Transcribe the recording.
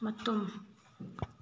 ꯃꯇꯨꯝ